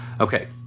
Okay